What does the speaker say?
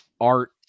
art